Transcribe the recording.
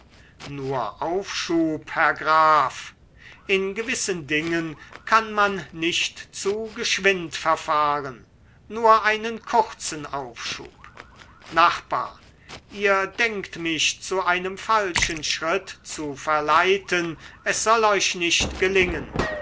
nur aufschub herr graf in gewissen dingen kann man nicht zu geschwind verfahren nur einen kurzen aufschub nachbar ihr denkt mich zu einem falschen schritt zu verleiten es soll euch nicht gelingen